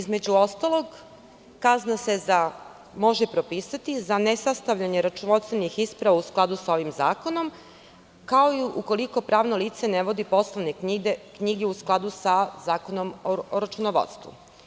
Između ostalog, kazna se može propisati za nesastavljanje računovodstvenih isprava u skladu sa ovim zakonom, kao i ukoliko pravno lice ne vodi poslovne knjige u skladu sa Zakonom o računovodstvu.